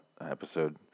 episode